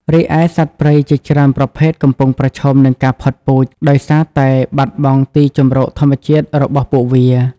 រីឯសត្វព្រៃជាច្រើនប្រភេទកំពុងប្រឈមនឹងការផុតពូជដោយសារតែបាត់បង់ទីជម្រកធម្មជាតិរបស់ពួកវា។